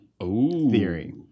theory